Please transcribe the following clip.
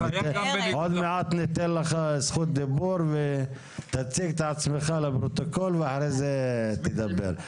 עוד מעט ניתן לך זכות דיבור ותציג את עצמך לפרוטוקול ואחרי זה תדבר.